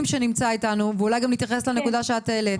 שנמצא איתנו ואולי גם יתייחס לנקודה שאת העלית.